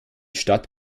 stadt